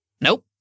Nope